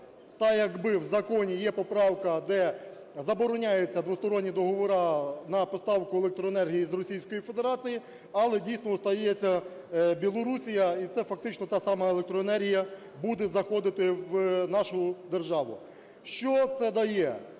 та як би в законі є поправка, де забороняються двосторонні договори на поставку електроенергії з Російської Федерації, але, дійсно, остається Білорусія, і це фактично та сама електроенергія буде заходити в нашу державу. Що це дає?